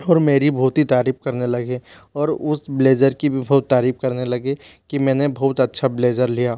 ओर मेरी बहुत ही तारिफ करने लगे और उस ब्लेज़र की भी बहुत तारीफ करने लगे कि मैंने बहुत अच्छा ब्लेज़र लिया